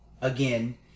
Again